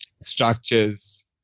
structures